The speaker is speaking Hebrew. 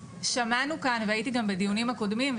שמענו כאן והייתי כאן גם בדיונים הקודמים,